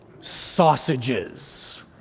Sausages